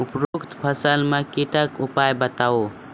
उपरोक्त फसल मे कीटक उपाय बताऊ?